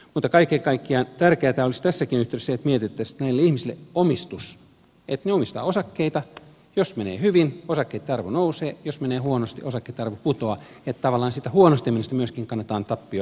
mutta kaiken kaikkiaan tärkeätä olisi tässäkin yhteydessä että mietittäisiin näille ihmisille omistus että he omistavat osakkeita ja jos menee hyvin osakkeitten arvo nousee jos menee huonosti osakkeitten arvo putoaa niin että tavallaan siitä huonosti menemisestä myöskin kannetaan tappio